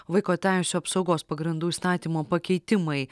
vaiko teisių apsaugos pagrindų įstatymo pakeitimai